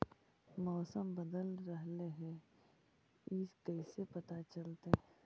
मौसम बदल रहले हे इ कैसे पता चलतै?